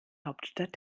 hauptstadt